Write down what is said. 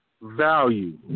value